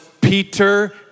Peter